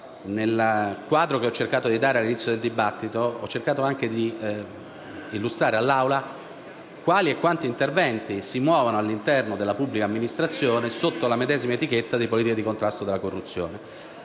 Nel quadro che ho cercato di dare all'inizio del dibattito, ho cercato anche di illustrare all'Assemblea quali e quanti interventi si muovono all'intero della pubblica amministrazione sotto la medesima etichetta di politica di contrasto alla corruzione.